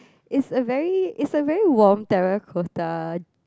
is a very is a very warm terracotta